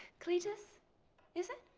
cletus is it?